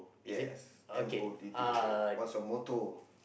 yes M O T T O what's your motto